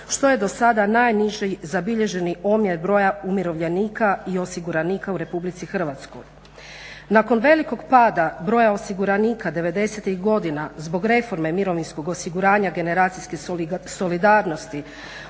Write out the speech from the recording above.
što je do sada najniži zabilježeni omjer broja umirovljenika i osiguranika u Republici Hrvatskoj. Nakon velikog pada broja osiguranika '90.-tih godina zbog reforme mirovinskog osiguranja generacijske solidarnosti